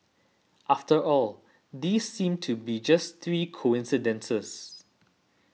after all these seem to be just three coincidences